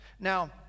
Now